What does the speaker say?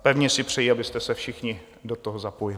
Pevně si přeji, abyste se všichni do toho zapojili.